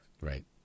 right